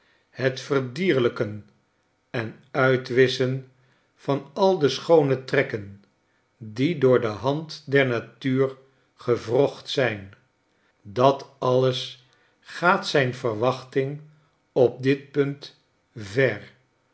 het verdierlijken en uitwisschen van al de schoone trekken die door de hand der natuur gewrocht zijn dat alles gaat zijn verwachting op dit punt